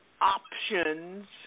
options